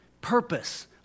purpose